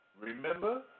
Remember